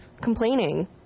complaining